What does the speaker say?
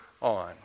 on